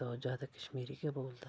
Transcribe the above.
तां ओह् ज्यादा कश्मीरी गै बोलदा